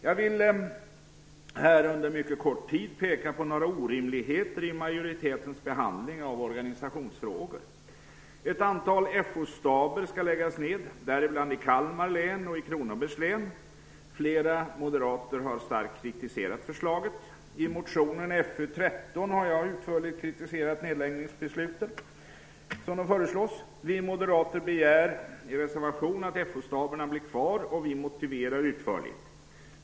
Jag vill här under mycket kort tid peka på några orimligheter i majoritetens behandling av organisationsfrågor. Ett antal FO-staber skall läggas ned, däribland i Kalmar och Kronobergs län. Flera moderater har starkt kritiserat förslaget. I motionen Fö13 har jag utförligt kritiserat nedläggningsbeslutet. Vi moderater begär i en reservation att FO-staberna blir kvar, och vi motiverar det utförligt.